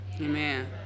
Amen